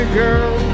girl